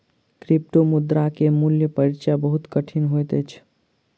क्रिप्टोमुद्रा के मूल परिचय बहुत कठिन होइत अछि